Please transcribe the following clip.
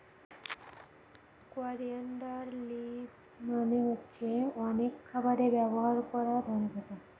coriander leaves মানে হচ্ছে অনেক খাবারে ব্যবহার করা ধনে পাতা